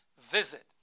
visit